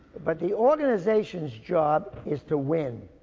but the organization's job is to win.